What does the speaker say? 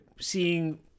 seeing